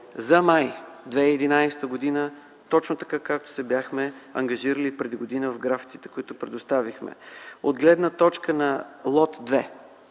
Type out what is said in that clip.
За май 2011 г., точно така, както се бяхме ангажирали преди една година в графиците, които предоставихме. От гледна точка за лот 2,